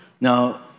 Now